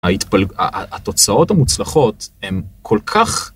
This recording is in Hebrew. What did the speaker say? ההתפלג... התוצאות המוצלחות הם כל כך.